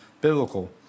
biblical